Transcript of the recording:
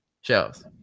shows